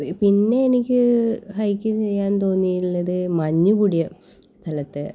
V പിന്നെ എനിക്ക് hiking ചെയ്യാൻ തോന്നിയിട്ടുള്ളത് മഞ്ഞ് കൂടിയ സ്ഥലത്ത്